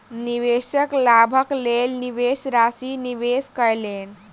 निवेशक लाभक लेल निवेश राशि निवेश कयलैन